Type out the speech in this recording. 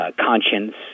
conscience